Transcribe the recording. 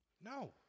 No